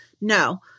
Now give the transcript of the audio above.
no